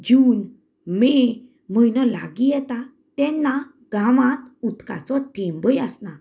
जून मे म्हयनो लागीं येता तेन्ना गांवांत उदकाचो थेंबय आसना